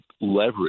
leverage